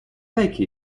take